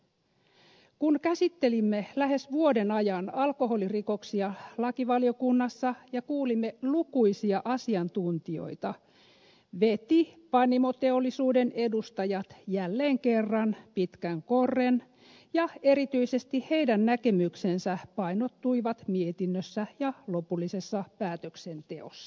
kun käsittelimme lähes vuoden ajan alkoholirikoksia lakivaliokunnassa ja kuulimme lukuisia asiantuntijoita vetivät panimoteollisuuden edustajat jälleen kerran pitkän korren ja erityisesti heidän näkemyksensä painottuivat mietinnössä ja lopullisessa päätöksenteossa